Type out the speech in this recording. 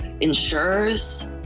insurers